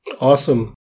Awesome